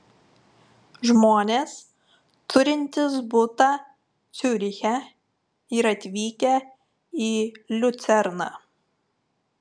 žmonės turintys butą ciuriche ir atvykę į liucerną